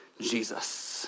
Jesus